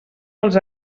dels